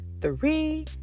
three